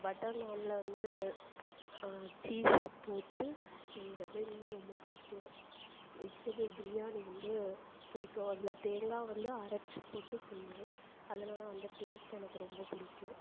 butter நாணில் வந்து cheese போட்டு செய்யறது இன்னும் ரொம்ப பிடிக்கும் வெஜிடபுள் பிரியாணி வந்து பிடிக்கும் அதில் தேங்காய் வந்து அரைச்சு போட்டு செய்வோம் அதுல எல்லாம் அந்த டேஸ்ட்டு எனக்கு ரொம்ப பிடிக்கும்